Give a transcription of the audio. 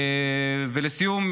ולסיום,